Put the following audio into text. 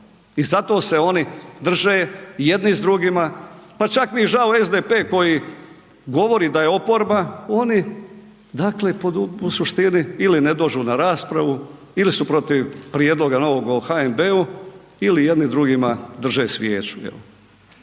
i zato se oni drže jedni s drugima. Pa čak mi žao SDP koji govori da je oporba oni dakle u suštini ili ne dođu na raspravu ili su protiv prijedloga novog o HNB-u ili jedni drugima drže svijeću.